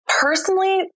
personally